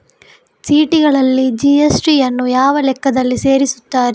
ಚೀಟಿಗಳಲ್ಲಿ ಜಿ.ಎಸ್.ಟಿ ಯನ್ನು ಯಾವ ಲೆಕ್ಕದಲ್ಲಿ ಸೇರಿಸುತ್ತಾರೆ?